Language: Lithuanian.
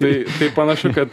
tai tai panašu kad